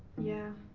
yeah.